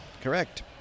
Correct